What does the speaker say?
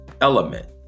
element